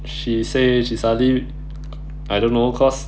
she say she suddenly I don't know cause